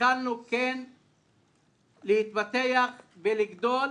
התחלנו להתפתח ולגדול